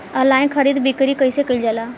Online खरीद बिक्री कइसे कइल जाला?